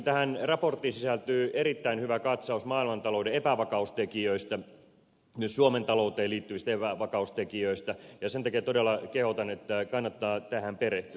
tähän raporttiin sisältyy erittäin hyvä katsaus maailmantalouden epävakaustekijöistä myös suomen talouteen liittyvistä epävakaustekijöistä ja sen takia todella kehotan että kannattaa tähän perehtyä